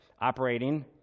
operating